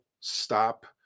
Stop